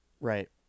Right